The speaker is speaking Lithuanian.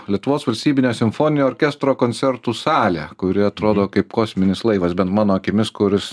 lietuvos valstybinio simfoninio orkestro koncertų salė kuri atrodo kaip kosminis laivas bent mano akimis kuris